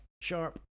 Sharp